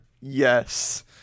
yes